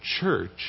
church